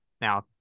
Now